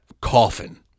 coffin